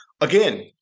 Again